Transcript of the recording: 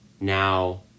Now